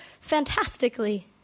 fantastically